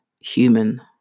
human